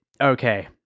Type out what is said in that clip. okay